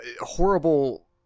horrible